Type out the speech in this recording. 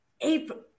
April